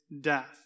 death